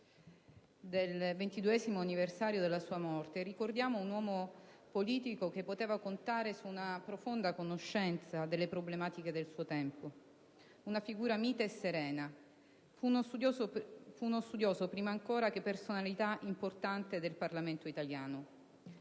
del 22° anniversario della sua morte, ricordiamo un uomo politico che poteva contare su una profonda conoscenza delle problematiche del suo tempo; una figura mite e serena. Fu uno studioso, prima ancora che personalità importante del Parlamento italiano.